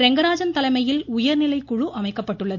ரெங்கராஜன் தலைமையில் உயர்நிலை குழு அமைக்கப்பட்டுள்ளது